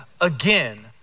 again